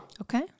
Okay